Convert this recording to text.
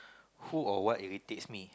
who or what irritates me